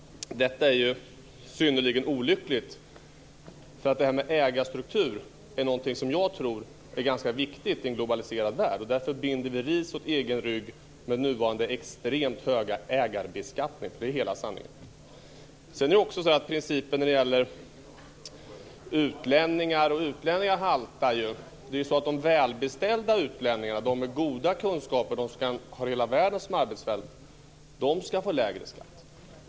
Detta är synnerligen olyckligt. Ägarstruktur är någonting som jag tror är ganska viktigt i en globaliserad värld. Därför binder vi ris åt egen rygg med nuvarande extremt höga ägarbeskattning. Det är hela sanningen. Dessutom haltar principen utlänningar och utlänningar. De välbeställda utlänningarna, de med goda kunskaper, som har hela världen som arbetsfält, ska få lägre skatt.